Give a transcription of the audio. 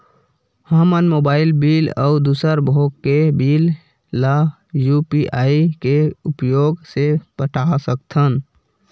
हमन mobile bill अउ दूसर भोग के बिल ला यू.पी.आई के उपयोग से पटा सकथन